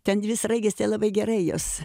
ten dvi sraigės tai labai gerai jos